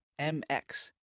MX